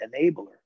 enabler